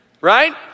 right